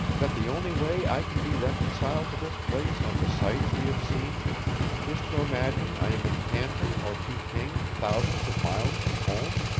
that the only way i can be reconciled to this place and the sights we have seen is to imagine i am in canton or peking, thousands of miles from home?